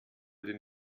denn